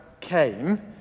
came